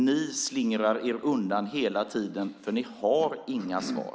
Ni slingrar er undan hela tiden, för ni har inga svar.